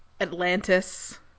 Atlantis